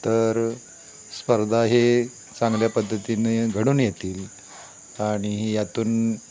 तर स्पर्धा हे चांगल्या पद्धतीने घडून येतील आणि यातून